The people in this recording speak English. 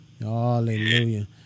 Hallelujah